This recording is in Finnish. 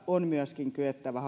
on kyettävä